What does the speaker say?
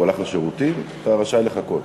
הוא הלך לשירותים, אתה רשאי לחכות.